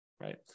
right